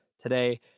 today